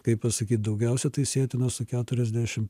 kaip pasakyt daugiausiai tai sietina su keturiasdešimt